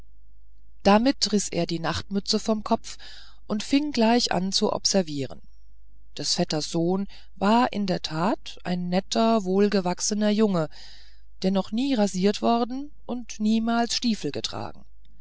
damit riß er die nachtmütze vom kopf und fing gleich an zu observieren des vetters sohn war in der tat ein netter wohlgewachsener junge der noch nie rasiert worden und niemals stiefel getragen